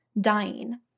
dying